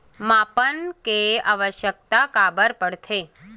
मापन के आवश्कता काबर होथे?